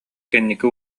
кэнники